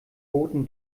boten